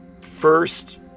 first